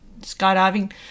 skydiving